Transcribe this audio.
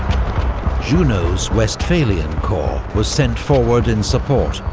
junot's westphalian corps was sent forward in support,